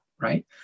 right